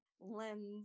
lens